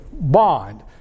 Bond